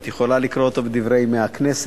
את יכולה לקרוא אותו ב"דברי הכנסת".